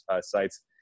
sites